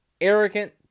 arrogant